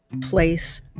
place